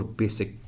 basic